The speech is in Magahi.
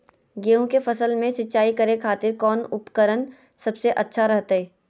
गेहूं के फसल में सिंचाई करे खातिर कौन उपकरण सबसे अच्छा रहतय?